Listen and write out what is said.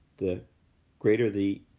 the greater the